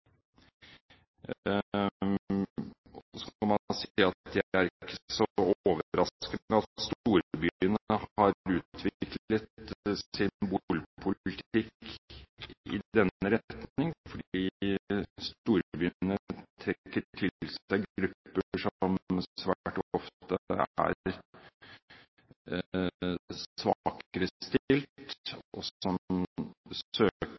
at det ikke er så overraskende at storbyene har utviklet sin boligpolitikk i denne retning, fordi storbyene trekker til seg grupper som svært ofte er